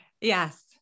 yes